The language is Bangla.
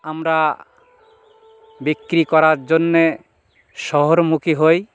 আমরা বিক্রি করার জন্যে শহরমুখী হই